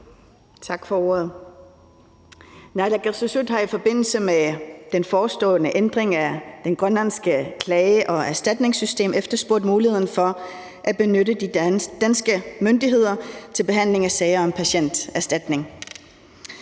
regering, hvor man i forbindelse med den forestående ændring af det grønlandske klage- og erstatningssystem har efterspurgt muligheden for netop at kunne benytte de danske myndigheder til behandling af sager om patienterstatninger.